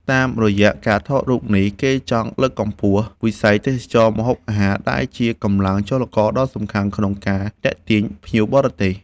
តាមរយៈការថតរូបនេះ គេចង់លើកកម្ពស់វិស័យទេសចរណ៍ម្ហូបអាហារ ដែលជាកម្លាំងចលករដ៏សំខាន់ក្នុងការទាក់ទាញភ្ញៀវបរទេស។